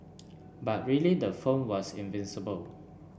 but really the phone was invincible